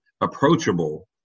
approachable